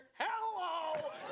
Hello